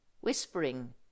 whispering